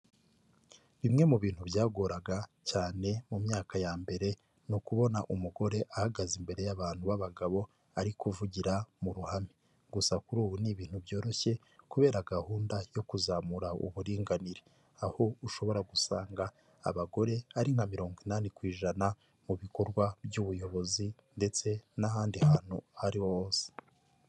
Bimwe mu bintu byagoraga cyane mu myaka ya mbere ni ukubona umugore ahagaze imbere y'abantu b'abagabo ari kuvugira mu ruhame gusa kuri ubu ni ibintu byoroshye kubera gahunda yo kuzamura uburinganire aho ushobora gusanga abagore ari nka mirongo inani ku ijana mu bikorwa by'ubuyobozi ndetse n'ahandi hantu ahari ho hose.